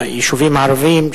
ביישובים הערביים,